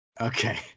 okay